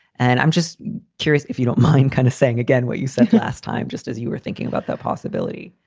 and i'm just curious if you don't mind kind of saying, again, what you said last time, just as you were thinking about that possibility?